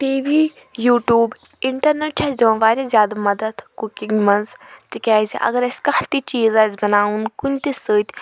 T V YouTube internet چھُ اَسہِ دِوان واریاہ زیادٕ مَدَد کُکِنٛگ مَنٛز تکیازِ اگر اسہ کانٛہہ تہِ چیٖز آسہِ بناوُن کُنہ تہِ سۭتۍ